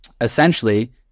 essentially